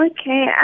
Okay